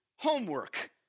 Homework